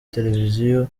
televiziyo